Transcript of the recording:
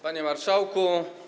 Panie Marszałku!